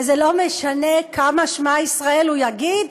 וזה לא משנה כמה "שמע ישראל" הוא יגיד,